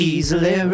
Easily